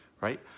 right